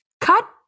Cut